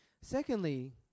Secondly